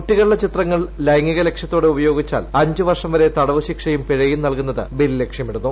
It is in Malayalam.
കുട്ടികളുടെ ചിത്രങ്ങൾ ലൈംഗീക ലക്ഷ്യത്തോടെ ഉപയോഗിച്ചാൽ അഞ്ചുവർഷം വരെ തടവുശിക്ഷയും പിഴയും നൽകുന്നത് ബിൽ ലക്ഷ്യമിടുന്നു